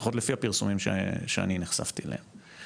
לפחות לפי הפרסומים שאני נחשפתי אליהם.